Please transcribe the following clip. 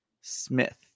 Smith